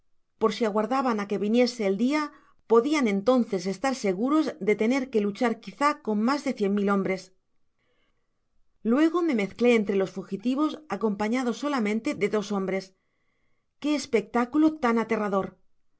por si aguardaban á que viniese el dia podian entonces estar seguros de tener que luchar quizá con mas de cien mil hombres luego me mezlcó entre los fugitivos acompañado solamente de dos hombres qué espectaculo tan aterrador